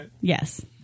Yes